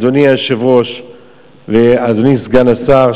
אדוני היושב-ראש ואדוני סגן השר,